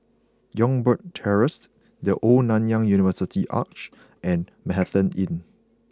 Youngberg Terrace The Old Nanyang University Arch and Manhattan Inn